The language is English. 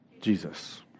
Jesus